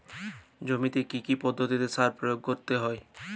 জমিতে কী কী পদ্ধতিতে সার প্রয়োগ করতে হয়?